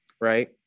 right